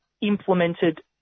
implemented